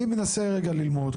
אני מנסה רגע ללמוד,